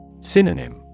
Synonym